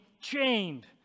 chained